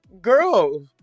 girl